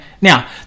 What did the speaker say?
now